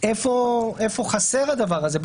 איפה חסר הדבר הזה,